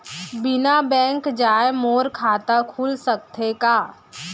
बिना बैंक जाए मोर खाता खुल सकथे का?